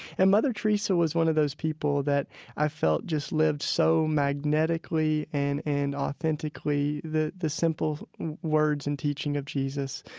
and mother teresa was one of those people that i felt just lived so magnetically and and authentically the the simple words and teaching of jesus.